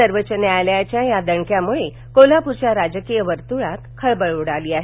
सर्वोच्च न्यायालयाच्या या दणक्यामुळे कोल्हापूरच्या राजकीय वर्तुळात खळबळ उडाल आहे